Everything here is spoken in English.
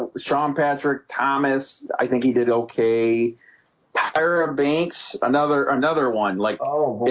sean patrick thomas, i think he did, okay tyra banks another another one like oh